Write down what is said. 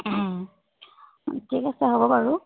ঠিক আছে হ'ব বাৰু